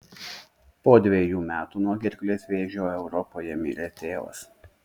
po dvejų metų nuo gerklės vėžio europoje mirė tėvas